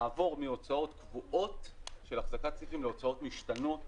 לעבור מהוצאות קבועות של אחזקת סניפים להוצאות משתנות,